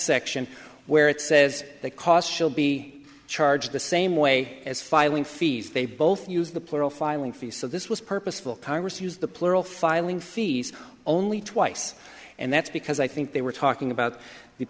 section where it says that costs will be charged the same way as filing fees they both use the plural filing fee so this was purposeful congress use the plural filing fees only twice and that's because i think they were talking about the